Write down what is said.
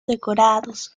decorados